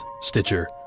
Stitcher